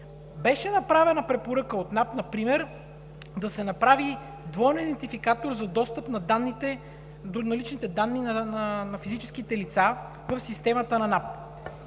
Беше направена препоръка от НАП например, да се направи двоен идентификатор за достъп до наличните данни на физическите лица в системата на НАП.